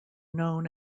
known